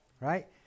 right